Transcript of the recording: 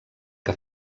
que